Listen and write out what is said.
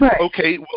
okay